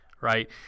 Right